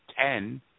ten